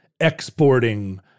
exporting